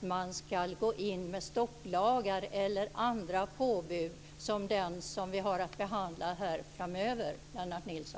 Man ska inte gå in med stopplagar eller andra påbud som det som vi har att behandla här framöver, Lennart Nilsson.